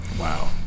Wow